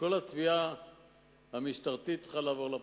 כל התביעה המשטרתית צריכה לעבור לפרקליטות.